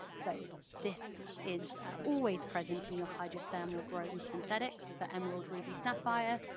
so this is always present in your hydrothermal grown synthetics for emerald, ruby, sapphire.